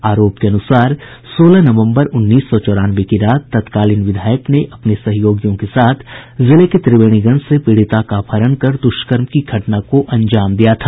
आरोप के अनुसार सोलह नवंबर उन्नीस सौ चौरानवे की रात तत्कालीन विधायक ने अपने सहयोगियों के साथ जिले के त्रिवेणीगंज से पीड़िता का अपहरण कर दुष्कर्म की घटना को अंजाम दिया था